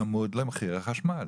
צמוד למחיר החשמל.